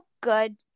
good